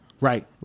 Right